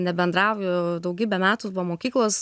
nebendrauju daugybę metų po mokyklos